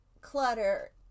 clutter